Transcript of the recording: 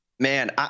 Man